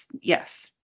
Yes